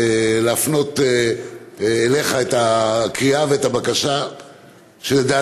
כדי להפנות אליך את הקריאה ואת הבקשה שלדעתנו